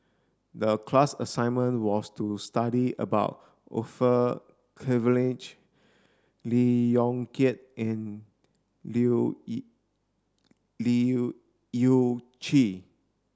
the class assignment was to study about Orfeur Cavenagh Lee Yong Kiat and Leu Yew Chye